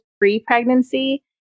pre-pregnancy